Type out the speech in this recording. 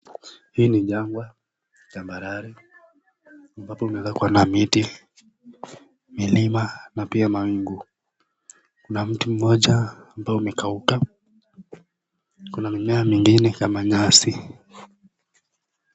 Hii ni jangwa tambarare ambapo unaweza kuona miti , milima na pia mawingu. Kuna mti mmoja ambao umekakuka , kuna mimea mingine kama nyasi .